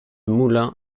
moulin